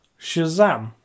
Shazam